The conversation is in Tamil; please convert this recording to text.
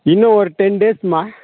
இன்னும் ஒரு டென் டேஸுமா